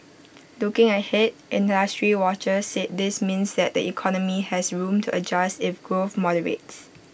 looking ahead industry watchers said this means that the economy has room to adjust if growth moderates